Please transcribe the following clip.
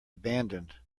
abandoned